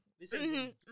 Listen